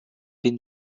been